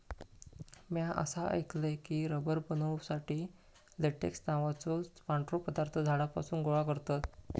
म्या असा ऐकलय की, रबर बनवुसाठी लेटेक्स नावाचो पांढरो पदार्थ झाडांपासून गोळा करतत